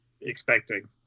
expecting